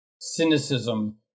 cynicism